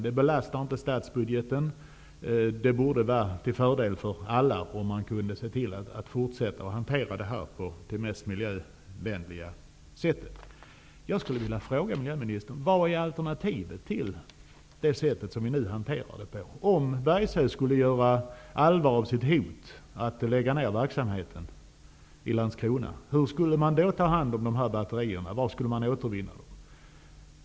Det belastar inte statsbudgeten, och det borde vara till fördel för alla om man kunde fortsätta att hantera detta på det mest miljövänliga sättet. Jag skulle vilja fråga miljöministern: Vad är alternativet till det sätt som man nu hanterar detta på? Om Boliden Bergsöe skulle göra allvar av sitt hot att lägga ned verksamheten i Landskrona, hur skulle man då ta hand om dessa batterier och var skulle man återvinna dem?